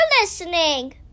listening